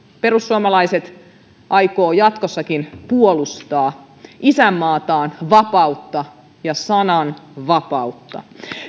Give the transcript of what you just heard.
perussuomalaiset aikovat jatkossakin puolustaa isänmaataan vapautta ja sananvapautta